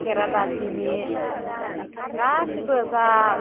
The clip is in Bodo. खेरा दाफिनि गासिबो जा